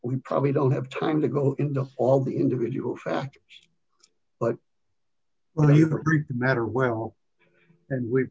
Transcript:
we probably don't have time to go in the all the individual facts but when you read the matter well and w